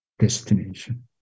destination